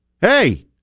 Hey